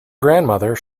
grandmother